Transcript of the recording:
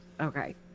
Okay